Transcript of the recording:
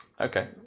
okay